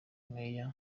major